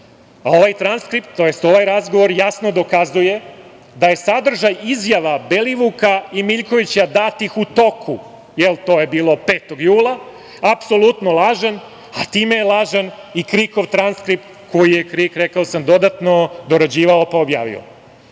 Ovaj transkript, to jest ovaj razgovor jasno dokazuje da je sadržaj izjava Belivuka i Miljkovića datih u toku, dakle, to je bilo 5. jula, apsolutan lažan, a time je lažan i KRIK-ov transkript koji je KRIK, rekao sam, dodatno dorađivao, pa